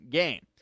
game